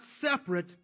separate